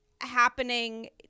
happening